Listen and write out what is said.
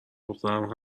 دخترم